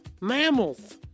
mammals